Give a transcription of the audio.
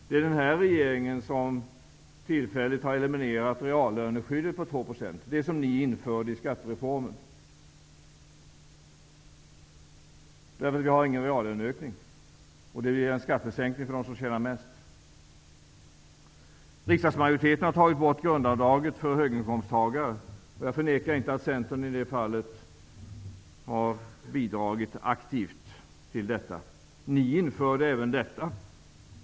Det är den här regeringen som tillfälligt har eliminerat reallöneskyddet på 2 %, det som ni införde i och med skattereformen. Vi har ingen reallöneökning, och det innebär en skattesänkning för dem som tjänar mest. Riksdagsmajoriteten har tagit bort grundavdraget för höginkomsttagare. Jag förnekar inte att Centern i det fallet har bidragit aktivt. Ni införde även detta.